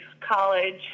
college